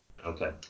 Okay